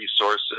resources